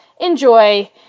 enjoy